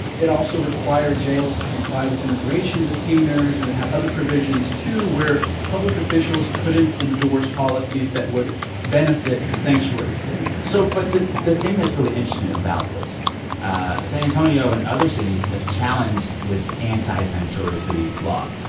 it also required jails to comply with immigration detainers. and it had other provisions, too, where public officials couldn't endorse policies that would benefit a sanctuary city so but the thing that's really interesting about this ah san antonio and other cities have challenged this anti-sanctuary city law.